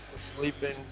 sleeping